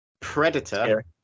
Predator